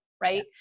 right